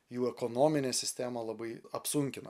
jų ekonominę sistemą labai apsunkina